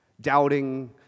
Doubting